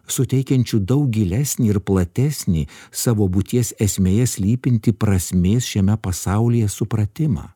suteikiančiu daug gilesnį ir platesnį savo būties esmėje slypintį prasmės šiame pasaulyje supratimą